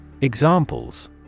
Examples